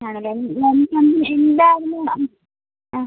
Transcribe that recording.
ആണല്ലേ മാമിന് മാമിന് എന്തായിരുന്നു ആ ആ